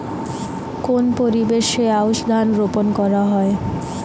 কোন পরিবেশে আউশ ধান রোপন করা হয়?